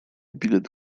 bilet